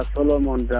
Solomon